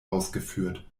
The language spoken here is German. ausgeführt